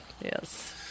yes